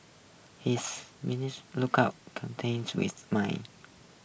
his look out content with mine